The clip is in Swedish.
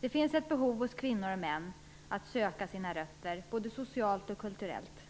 Det finns ett behov hos kvinnor och män att söka sina rötter, både socialt och kulturellt.